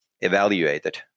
evaluated